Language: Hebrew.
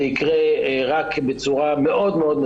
זה יקרה רק בצורה מאוד מאוד,